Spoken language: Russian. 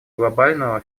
глобального